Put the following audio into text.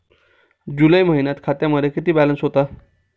जुलै महिन्यात खात्यामध्ये किती बॅलन्स होता?